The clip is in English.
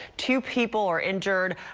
two people were injured.